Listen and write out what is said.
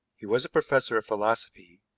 he was a professor of philosophy,